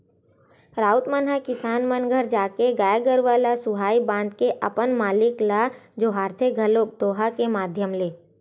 राउत मन ह किसान मन घर जाके गाय गरुवा ल सुहाई बांध के अपन मालिक ल जोहारथे घलोक दोहा के माधियम ले